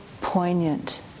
poignant